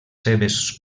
seves